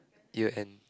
year end